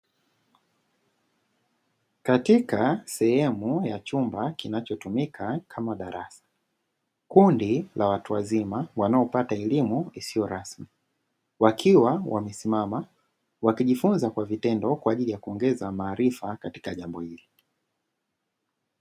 Katika sehemu ya chumba kinachotumika kama darasa. Kundi la watu wazima wanaopata elimu isiyo rasmi, wakiwa wamesimama wakijifunza kwa vitendo kwa ajili ya kuongeza maarifa katika jambo hili.